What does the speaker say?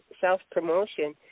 Self-Promotion